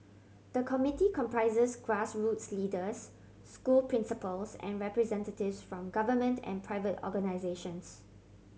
the committee comprises grassroots leaders school principals and representatives from government and private organisations